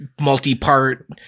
multi-part